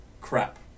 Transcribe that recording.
crap